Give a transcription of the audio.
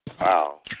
Wow